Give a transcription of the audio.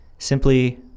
Simply